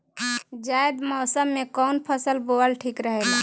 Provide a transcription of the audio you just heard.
जायद मौसम में कउन फसल बोअल ठीक रहेला?